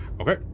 Okay